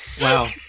Wow